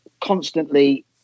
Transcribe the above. constantly